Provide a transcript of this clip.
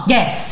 Yes